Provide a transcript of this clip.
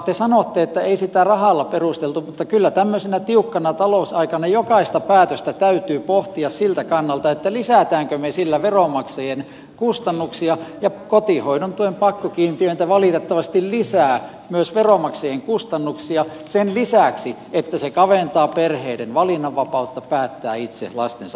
te sanotte että ei sitä rahalla perusteltu mutta kyllä tämmöisenä tiukkana talousaikana jokaista päätöstä täytyy pohtia siltä kannalta lisäämmekö me sillä veronmaksajien kustannuksia ja kotihoidon tuen pakkokiintiöinti valitettavasti lisää myös veronmaksajien kustannuksia sen lisäksi että se kaventaa perheiden valinnanvapautta päättää itse lastensa hoidosta